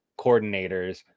coordinators